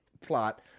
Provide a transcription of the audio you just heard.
plot